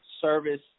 service